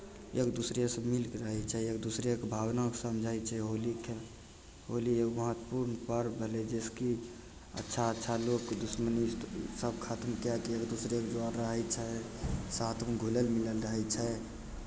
एक दूसरेसँ मिलि कऽ रहै छै एक दूसरेके भावनाकेँ समझै छै होली खेल होली एक महत्वपूर्ण पर्व भेलै जइसे कि अच्छा अच्छा लोक दुश्मनीसभ खतम कए कऽ एक दूसरेके जर रहै छै साथमे घुलल मिलल रहै छै